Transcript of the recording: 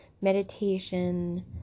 meditation